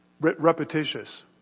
repetitious